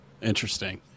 Interesting